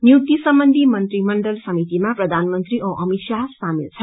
नियुक्ति सम्बन्धी मंत्रिमण्डल समितिमा प्रधानमंत्री औ अमित शाह सामेल छन्